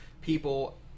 people